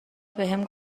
بهم